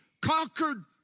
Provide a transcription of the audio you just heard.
conquered